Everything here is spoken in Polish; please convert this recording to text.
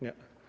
Nie.